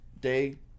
day